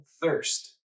thirst